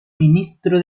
ministro